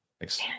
Thanks